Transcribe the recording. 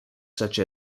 such